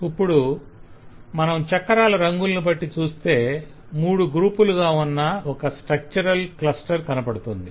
ఇప్పుడు మనం చక్రాల రంగులను బట్టి చూస్తే మూడు గ్రూపులుగా ఉన్న ఒక స్ట్రక్చరల్ క్లస్టర్ కనపడుతుంది